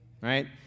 right